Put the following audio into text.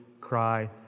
cry